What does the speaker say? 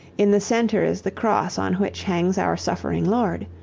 in the center is the cross on which hangs our suffering lord.